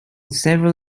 several